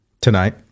tonight